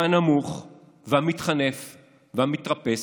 והנמוך והמתחנף והמתרפס.